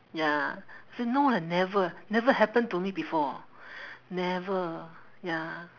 ya so no leh never never happen to me before never ya